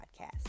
podcast